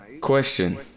Question